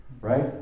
right